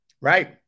Right